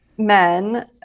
men